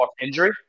injury